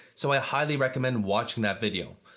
so i highly recommend watching that video.